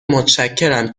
متشکرم